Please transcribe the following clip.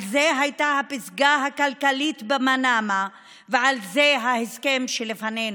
על זה הייתה הפסגה הכלכלית במנאמה ועל זה ההסכם שלפנינו.